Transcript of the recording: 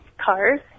cars